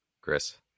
Chris